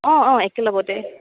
অঁ অঁ একে লগতে